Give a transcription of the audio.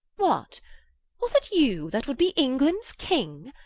what, was it you that would be englands king?